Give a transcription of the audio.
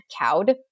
cowed